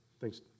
thanks